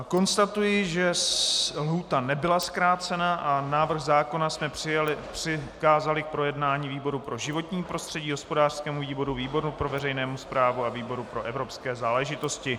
Konstatuji, že lhůta nebyla zkrácena a návrh zákona jsme přikázali k projednání výboru pro životní prostředí, hospodářskému výboru, výboru pro veřejnou správu a výboru pro evropské záležitosti.